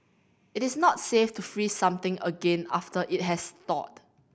it is not safe to freeze something again after it has thawed